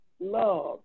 love